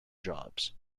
jobs